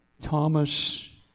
Thomas